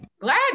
Glad